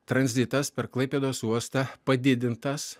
tranzitas per klaipėdos uostą padidintas